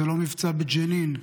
זה לא מבצע בג'נין.